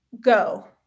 go